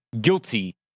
guilty